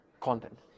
content